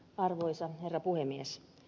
arvoisa herra puhemies